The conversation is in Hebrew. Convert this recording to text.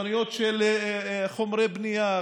חנויות של חומרי בנייה,